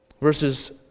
Verses